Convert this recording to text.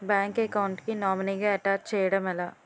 Bank account కి nominee గా attach చేయడం ఎలా?